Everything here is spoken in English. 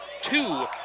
Two